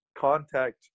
contact